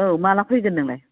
औ माब्ला फैगोन नोंलाय